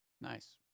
Nice